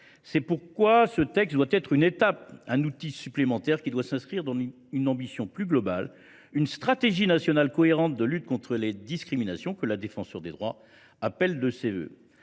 C’est pourquoi ce texte doit être une étape, un outil supplémentaire, qui doit s’inscrire dans une ambition plus globale, « une stratégie nationale cohérente […] de lutte contre les discriminations », que la Défenseure des droits appelle de ses